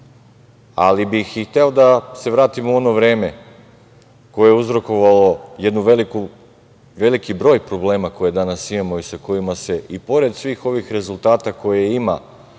ali bih i hteo da se vratim u ono vreme koje je uzrokovalo jedan veliki broj problema koje danas imamo i sa kojima se i pored svih ovih rezultata, koje ima